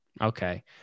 Okay